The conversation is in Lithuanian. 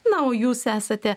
na o jūs esate